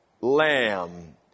lamb